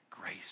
grace